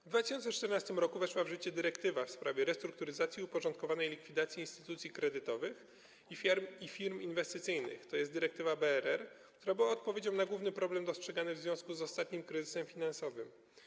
W 2014 r. weszła w życie dyrektywa w sprawie restrukturyzacji i uporządkowanej likwidacji instytucji kredytowych i firm inwestycyjnych, tj. dyrektywa BRR, która była odpowiedzią na główny problem dostrzegany w związku z ostatnim kryzysem finansowym.